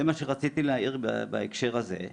זה מה שרציתי להעיר בהקשר הזה.